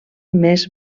més